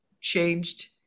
changed